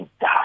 die